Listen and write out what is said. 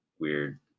weird